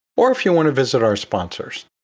or if you want to visit our sponsors,